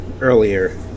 earlier